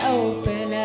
open